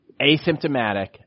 asymptomatic